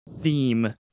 theme